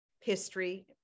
history